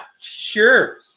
sure